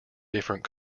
different